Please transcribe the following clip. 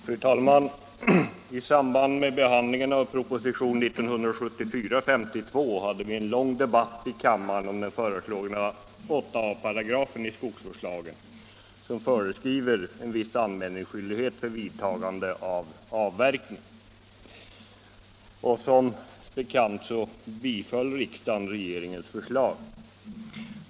Fru talman! I samband med behandlingen av proposition 1974:166 hade vi en lång debatt i kammaren om den föreslagna 8 a § skogsvårdslagen, som föreskriver viss anmälningsskyldighet för uttagande av avverkning. Som bekant biföll riksdagen regeringens förslag.